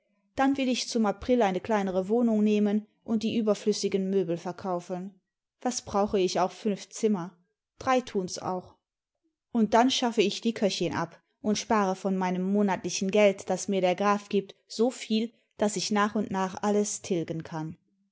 dann will ich zum april eine kleinere wohnung nehmen und die überflüssigen möbel verkaufen was brauche ich auch fünf zimmer drei tun's auch und dann schaffe ich die köchin ab und spare von meinem monatlichen geld das mir der graf gbt so viel daß ich nach und nach alles tilgen kann